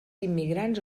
immigrants